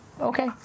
Okay